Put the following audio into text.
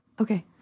Okay